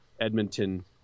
Edmonton